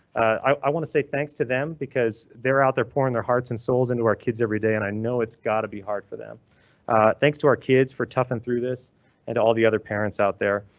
i want to say thanks to them because they're out there pouring their hearts and souls into our kids every day. and i know it's gotta be hard for them thanks to our kids for toughing through this and all the other parents out there